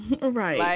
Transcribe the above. Right